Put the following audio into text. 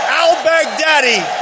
al-Baghdadi